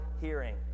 hearing